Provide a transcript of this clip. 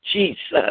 Jesus